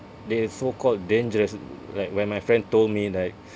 they're so called dangerous like when my friend told me like